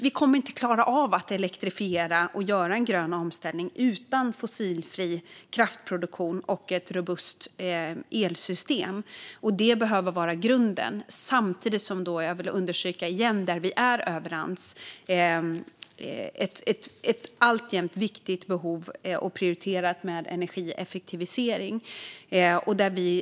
Vi kommer inte att klara av att elektrifiera och göra en grön omställning utan fossilfri kraftproduktion och ett robust elsystem; detta behöver vara grunden. Samtidigt - jag vill understryka det vi är överens om - har vi alltjämt ett viktigt behov av energieffektivisering, vilket är prioriterat.